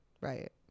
Right